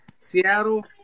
Seattle